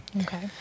Okay